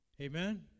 Amen